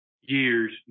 years